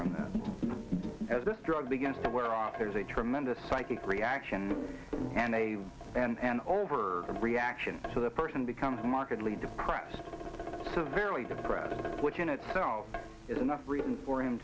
from this as the drug begins to wear off there's a tremendous psychic reaction and a and over reaction so the person becomes markedly depressed severely depressed which in itself is enough reason for him